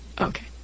Okay